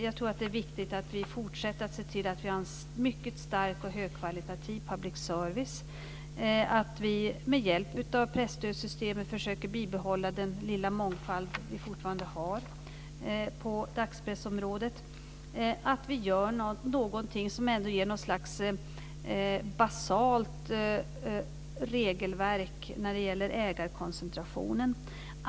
Jag tror att det är viktigt att vi fortsätter att se till att ha en mycket stark och högkvalitativ public service och att vi med hjälp av presstödssystemet försöker bibehålla den lilla mångfald vi fortfarande har på dagspressområdet. Vi måste göra något som ändå ger något slags basalt regelverk när det gäller ägarkoncentrationen.